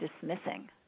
dismissing